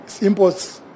imports